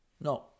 No